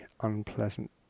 unpleasant